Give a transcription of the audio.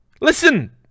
Listen